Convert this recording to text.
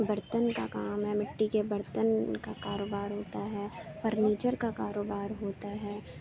برتن کا کام ہے مٹی کے برتن کا کاروبار ہوتا ہے فرنیچر کا کاروبار ہوتا ہے